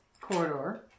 corridor